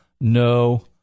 No